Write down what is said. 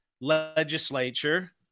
legislature